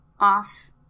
off